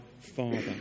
father